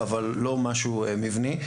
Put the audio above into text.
אבל לא משהו מבני.